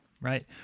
right